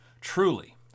Truly